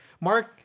Mark